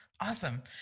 Awesome